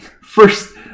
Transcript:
first